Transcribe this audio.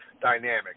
dynamic